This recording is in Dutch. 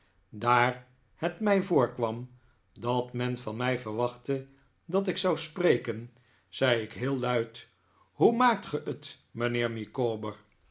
daar het mij voorkwam dat men van mij verwachtte dat ik zou spreken zei ik heel luid hoe maakt ge het mijnheer